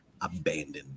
abandoned